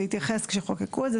זה התייחס כשחוקקו את זה,